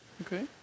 Okay